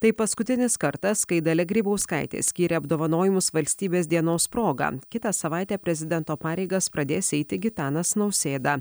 tai paskutinis kartas kai dalia grybauskaitė skyrė apdovanojimus valstybės dienos proga kitą savaitę prezidento pareigas pradės eiti gitanas nausėda